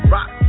Rock